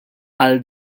għal